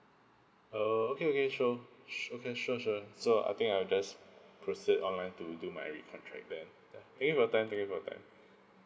oh okay okay sure s~ okay sure sure so I think I'll just proceed online to do my recontract then ya thank you for that thank you for that